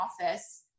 office